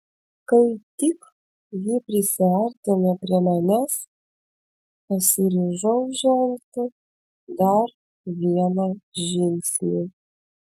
kai tik ji prisiartino prie manęs pasiryžau žengti dar vieną žingsnį